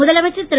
முதலமைச்சர் திரு